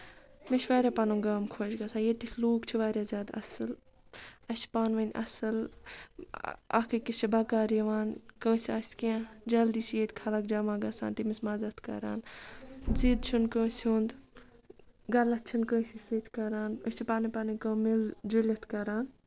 مےٚ چھُ واریاہ پَنُن گام خۄش گژھان ییٚتِکۍ لوٗکھ چھِ واریاہ زیادٕ اَصٕل اسہِ چھِ پانہٕ ؤنۍ اَصٕل اکھ أکِس چھِ بکار یِوان کٲنسہِ آسہِ کیٚنہہ جلدی چھِ ییٚتہِ خلق جمع گژھان تٔمِس مدد کران زِد چھُنہٕ کٲنسہِ ہُند غلط چھِ نہٕ کٲنسہِ سۭتۍ کران أسۍ چھ پَنٕنۍ پَنٕنۍ کٲم مِل جُلِتھ کران